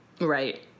Right